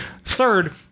Third